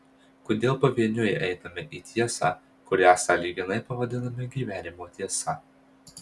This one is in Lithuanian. kodėl pavieniui einame į tiesą kurią sąlyginai pavadiname gyvenimo tiesa